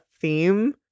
theme